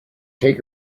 take